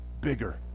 bigger